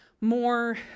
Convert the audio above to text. more